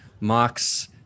Mark's